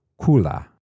Kula